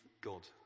God